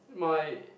my